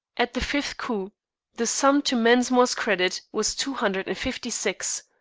at the fifth coup the sum to mensmore's credit was two hundred and fifty six